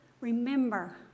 Remember